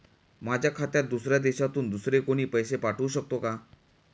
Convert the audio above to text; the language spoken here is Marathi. माझ्या खात्यात दुसऱ्या देशातून दुसरे कोणी पैसे पाठवू शकतो का?